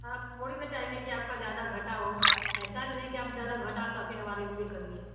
हम थोड़ी बचाएँगे कि आपका ज़्यादा घाटा हो ऐसा भी भी नहीं कि आप ज़्यादा घाटा सहकर हमारे लिए करिए